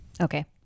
Okay